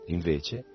Invece